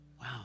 Wow